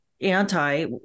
anti